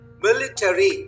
military